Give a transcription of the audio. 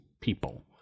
people